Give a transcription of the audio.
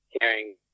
caring